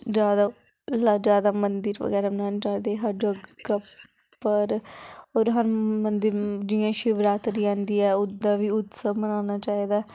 जैदा मंदर बगैरा बनाने चाहिदे होर होर हर मंदर जि'यां शिवरात्रि औंदी ऐ ओह्दा बी उत्सव मनाना चाहिदा